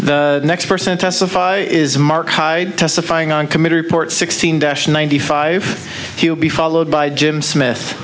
the next person testify is mark hyde testifying on committee report sixteen dash ninety five he'll be followed by jim smith